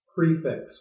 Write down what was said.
Prefix